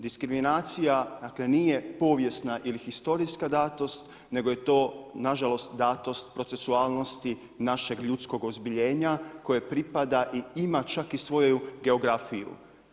Diskriminacija nije povijesna ili historijska datost nego je to nažalost datost procesualnosti našeg ljudskog ozbiljenja koje pripada i ima čak i svoju geografiju.